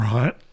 Right